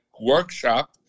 workshop